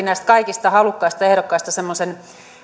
näistä kaikista halukkaista ehdokkaista semmoinen